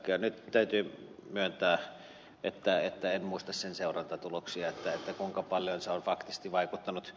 nyt täytyy myöntää että en muista sen seurantatuloksia kuinka paljon se on faktisesti vaikuttanut